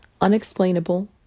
Unexplainable